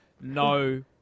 no